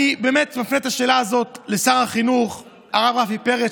אני באמת מפנה את השאלה הזאת לשר החינוך הרב רפי פרץ,